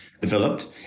developed